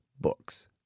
books